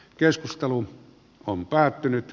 keskustelu on päättynyt